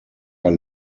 are